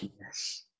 Yes